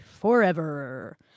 forever